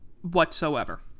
whatsoever